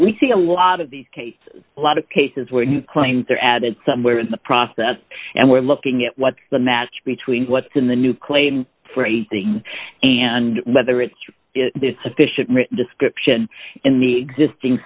we see a lot of these cases a lot of cases where you claim there added somewhere in the process and we're looking at what the match between what's in the new claim for a thing and whether it's sufficient written description in the existing